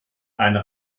eine